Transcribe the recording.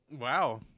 Wow